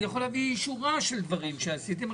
אני יכול להביא שורה של דברים שעשיתם.